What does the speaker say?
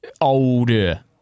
older